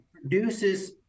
produces